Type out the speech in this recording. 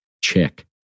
check